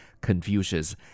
Confucius